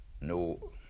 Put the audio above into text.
no